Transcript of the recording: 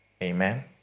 Amen